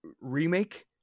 Remake